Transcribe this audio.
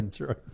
right